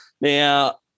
Now